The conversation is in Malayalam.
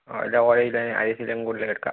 കൂടുതൽ അങ്ങ് എടുക്കാം